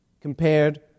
compared